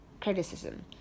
criticism